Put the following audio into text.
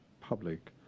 public